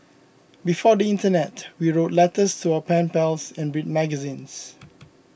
before the internet we wrote letters to our pen pals and read magazines